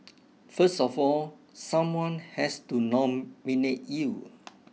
first of all someone has to nominate you